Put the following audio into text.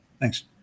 Thanks